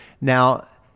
Now